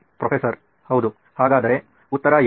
professor ಹೌದು ಹಾಗಾದರೆ ಉತ್ತರ ಏನು